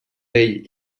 vell